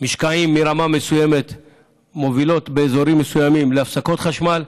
משקעים מרמה מסוימת מובילים באזורים מסוימים להפסקות חשמל.